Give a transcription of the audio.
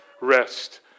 Rest